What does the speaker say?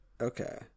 okay